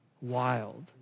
wild